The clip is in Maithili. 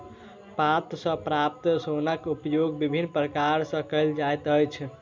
पात सॅ प्राप्त सोनक उपयोग विभिन्न प्रकार सॅ कयल जाइत अछि